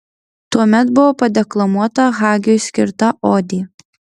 tuomet buvo padeklamuota hagiui skirta odė